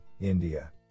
India